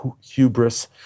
hubris